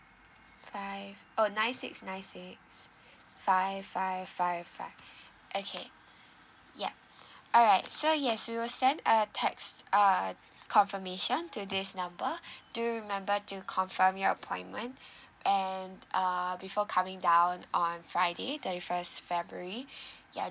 five oh nine six nine six five five five five okay yup alright so yes we will send a text uh confirmation to this number do remember to confirm your appointment and err before coming down on friday twenty first february yeah